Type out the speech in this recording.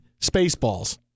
Spaceballs